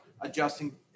adjusting